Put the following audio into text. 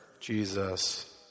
Jesus